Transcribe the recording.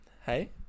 Hey